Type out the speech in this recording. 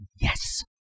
Yes